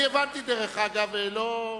אני הבנתי, דרך אגב, ולא,